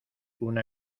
una